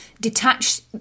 detach